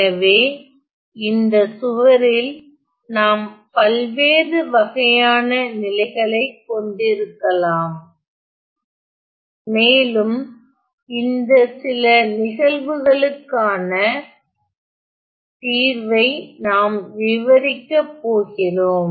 எனவே இந்த சுவரில் நாம் பல்வேறு வகையான நிலைகளைக் கொண்டிருக்கலாம் மேலும் இந்த சில நிகழ்வுகளுக்கான தீர்வை நாம் விவரிக்கப் போகிறோம்